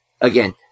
Again